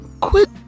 quit